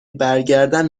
برگردم